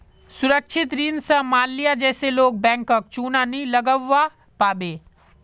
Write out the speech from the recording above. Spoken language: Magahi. सुरक्षित ऋण स माल्या जैसा लोग बैंकक चुना नी लगव्वा पाबे